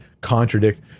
contradict